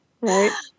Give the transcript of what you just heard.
right